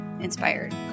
inspired